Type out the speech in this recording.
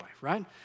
right